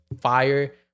fire